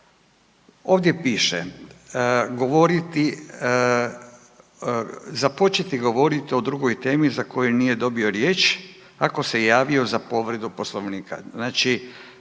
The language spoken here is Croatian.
govoriti, započeti govoriti o drugoj temi za koju nije dobio riječ ako se javio za povredu Poslovnika.